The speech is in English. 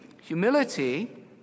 Humility